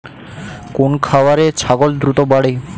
কোন খাওয়ারে ছাগল দ্রুত বাড়ে?